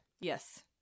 Yes